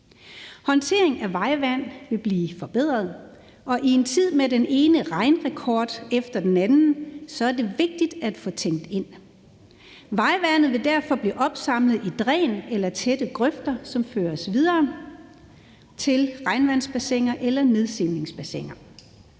Håndteringen af vejvand vil blive forbedret, og i en tid med den ene regnrekord efter den anden er det vigtigt at få tænkt ind. Vejvandet vil derfor blive opsamlet i dræn eller tætte grøfter, som føres videre til regnvandsbassiner eller nedsænkningsbassiner.